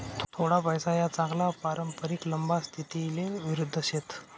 थोडा पैसा या चांगला पारंपरिक लंबा स्थितीले विरुध्द शेत